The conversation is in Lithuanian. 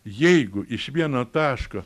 jeigu iš vieno taško